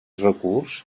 recurs